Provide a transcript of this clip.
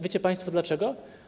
Wiecie państwo dlaczego?